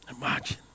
Imagine